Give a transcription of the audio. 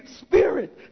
spirit